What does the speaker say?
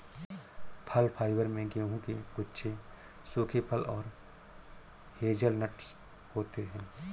फल फाइबर में गेहूं के गुच्छे सूखे फल और हेज़लनट्स होते हैं